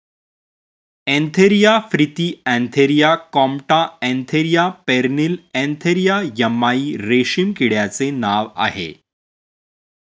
Antheraea frithi Antheraea compta Antheraea pernyi Antheraea yamamai रेशीम किड्याचे नाव आहे